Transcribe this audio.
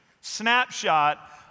Snapshot